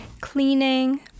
cleaning